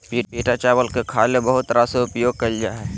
पिटा चावल के खाय ले बहुत तरह से उपयोग कइल जा हइ